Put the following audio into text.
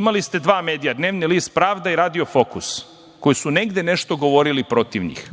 imali ste dva medija, dnevni list „Pravda“ i „Radio Fokus“ koji su negde nešto govorili protiv njih.